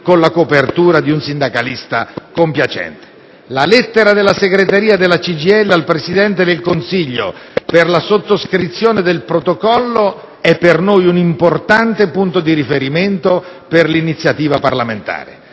con la copertura di un sindacalista compiacente. La lettera della segreteria della CGIL al Presidente del Consiglio per la sottoscrizione del protocollo è per noi un importante punto di riferimento, ai fini dell'iniziativa parlamentare.